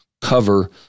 cover